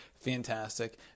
fantastic